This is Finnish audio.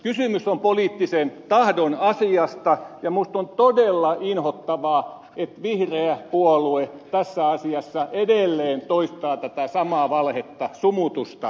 kysymys on poliittisen tahdon asiasta ja minusta on todella inhottavaa että vihreä puolue tässä asiassa edelleen toistaa tätä samaa valhetta sumutusta